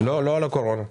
לא על הקורונה.